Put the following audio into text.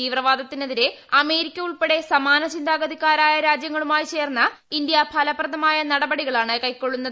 തീവ്രവാദത്തിനെതിരെ പ്രഅമേരിക്ക ഉൾപ്പെടെ സമാന ചിന്താഗതിക്കാരായ രാജ്യങ്ങളുമായി ചേർന്ന് ഇന്ത്യ ഫലപ്രദമായ നടപടികളാണ് കൈക്കൊള്ളുന്നത്